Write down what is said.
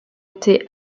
été